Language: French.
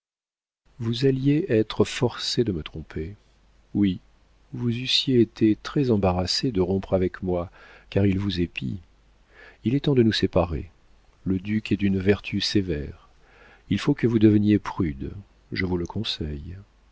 vous alliez être forcée de me tromper oui vous eussiez été très embarrassée de rompre avec moi car il vous épie il est temps de nous séparer le duc est d'une vertu sévère il faut que vous deveniez prude je vous le conseille